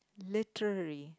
literally